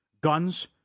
guns